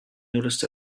noticed